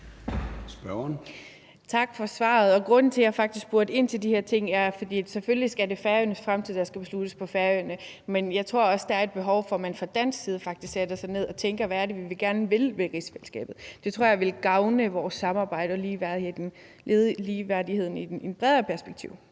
Tak for svaret. Grunden til, at jeg faktisk spurgte ind til de her ting, er, at Færøernes fremtid selvfølgelig skal besluttes på Færøerne, men jeg tror også, der er et behov for, at man faktisk fra dansk side sætter sig ned og tænker, hvad det er, vi gerne vil med rigsfællesskabet. Det tror jeg vil gavne vores samarbejde og ligeværdigheden i et bredere perspektiv.